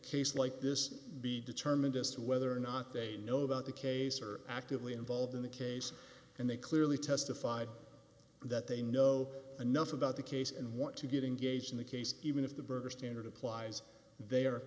case like this be determined as to whether or not they know about the case or actively involved in the case and they clearly testified that they know enough about the case and want to get engaged in the case even if the berger standard applies the